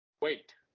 wait